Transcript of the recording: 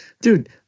dude